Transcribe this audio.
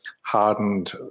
hardened